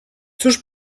cóż